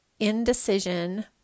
indecision